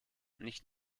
nicht